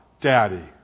Daddy